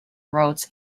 roads